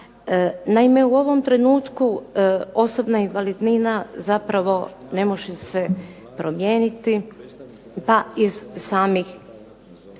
Naime, u ovom trenutku osobna invalidnina zapravo ne može se promijeniti pa iz samih